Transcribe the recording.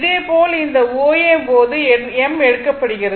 இதே போல் இந்த O A போது m எடுக்கப்படுகிறது